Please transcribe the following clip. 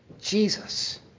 Jesus